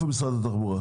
משרד התחבורה,